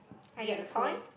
I get the point